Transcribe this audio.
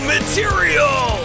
Material